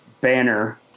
Banner